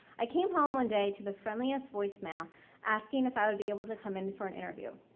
i came home one day to the friendliest voice mail asking if i would be able to come in for an interview.